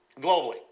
globally